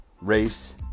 race